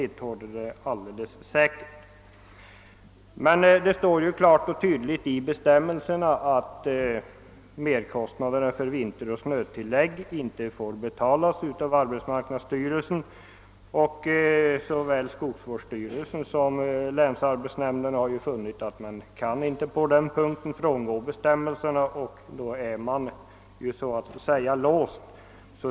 I bestämmelserna anges dock klart och tydligt att merkostnaderna för vintertillägg och snöersättning inte får betalas av arbetsmarknadsstyrelsen, och såväl skogsvårdsstyrelsen som länsarbetsnämnderna har funnit att man på den punkten inte kan frångå bestämmelserna. Då är man så att säga låst.